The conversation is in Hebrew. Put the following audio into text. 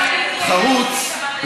חרוץ,